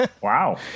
Wow